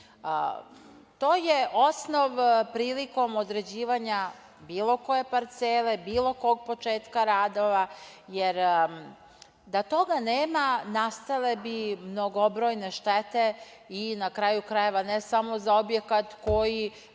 To je osnov prilikom određivanja bilo koje parcele, bilo kog početka radova, jer da toga nema, nastale bi mnogobrojne štete i, na kraju krajeva, ne samo za objekat, koji